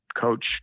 coach